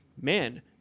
man